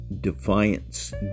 defiance